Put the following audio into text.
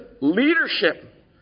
leadership